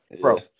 Bro